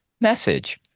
message